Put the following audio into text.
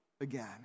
again